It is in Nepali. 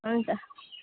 हुन्छ